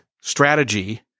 strategy